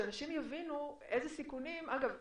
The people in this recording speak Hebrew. שאנשים יבינו אילו סיכונים אגב,